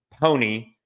PONY